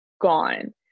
gone